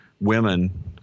women